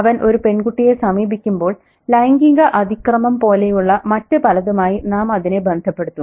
അവൻ ഒരു പെൺകുട്ടിയെ സമീപിക്കുമ്പോൾ ലൈംഗിക അതിക്രമം പോലെയുള്ള മറ്റു പലതുമായി നാം അതിനെ ബന്ധപ്പെടുത്തും